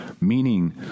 Meaning